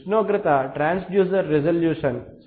ఉష్ణోగ్రత transducer resolution 0